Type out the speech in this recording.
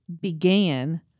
began